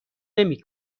نمی